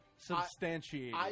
substantiated